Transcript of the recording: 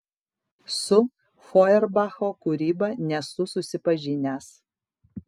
su fojerbacho kūryba nesu susipažinęs